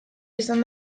izan